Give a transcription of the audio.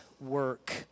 work